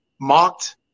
mocked